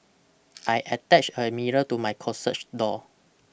I attached a mirror to my closech door